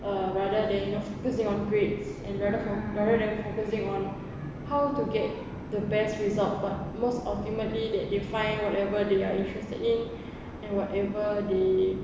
uh rather than you know focusing on grades and rather for rather than focusing on how to get the best result but most ultimately they find whatever they are interested in and whatever they